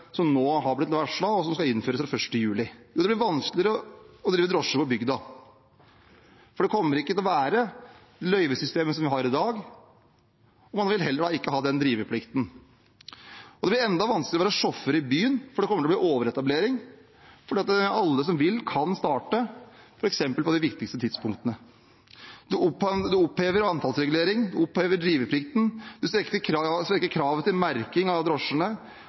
som nå har blitt varslet, og som skal innføres fra 1. juli? Jo, det blir vanskeligere å drive drosjenæring på bygda, for det løyvesystemet vi har i dag, kommer vi ikke til å ha, og man vil da heller ikke ha den driveplikten. Det blir enda vanskeligere å være sjåfør i byen, for det kommer til å bli en overetablering fordi alle som vil, kan starte, f.eks. på de viktigste tidspunktene. Man opphever antallsregulering og driveplikt. Man svekker kravet til merking av drosjene,